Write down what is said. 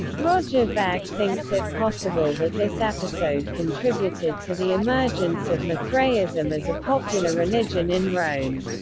roger beck thinks it possible that this episode contributed to the emergence of mithraism as a popular religion in rome.